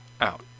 out